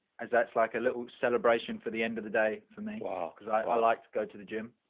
as that's like a little celebration for the end of the day for me, ah because i like to go to the gym.